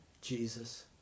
Jesus